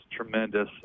tremendous